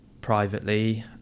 privately